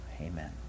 amen